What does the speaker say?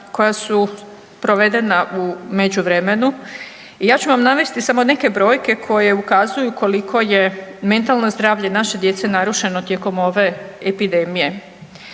koja su provedena u međuvremenu i ja ću vam navesti samo neke brojke koje ukazuju koliko je mentalno zdravlje naše djece narušeno tijekom ove epidemije.